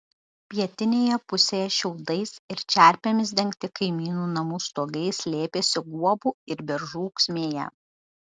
pietinėje pusėje šiaudais ir čerpėmis dengti kaimynų namų stogai slėpėsi guobų ir beržų ūksmėje